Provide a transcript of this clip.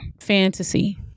fantasy